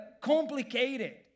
complicated